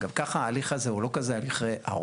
גם ככה ההליך הזה הוא לא כזה הליך ארוך.